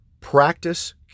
Practice